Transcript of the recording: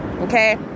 okay